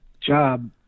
job